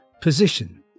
position